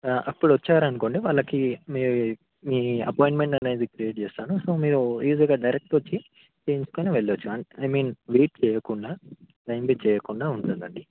అప్పుడు వచ్చారనుకోండి వాళ్ళకి మీ మీ అపాయింట్మెంట్ అనేది తెలియచేస్తాను సో మీరు ఈజీగా డైరెక్ట్ వచ్చి చూపించుకుని వెళ్ళవచ్చు అంటే ఐ మీన్ వెయిట్ చేయకుండా టైమ్ వేస్ట్ చేయకుండా ఉంటుంది అండి